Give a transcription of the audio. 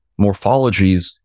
morphologies